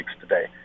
today